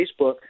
Facebook